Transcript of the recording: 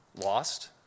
lost